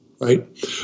right